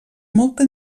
molta